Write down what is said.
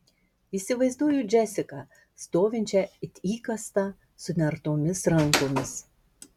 įsivaizduoju džesiką stovinčią it įkastą sunertomis rankomis